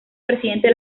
presidente